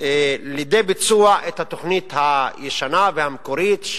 לידי ביצוע את התוכנית הישנה והמקורית,